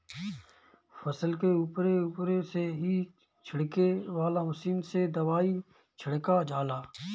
फसल के उपरे उपरे से ही छिड़के वाला मशीन से दवाई छिड़का जाला